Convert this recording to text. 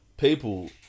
people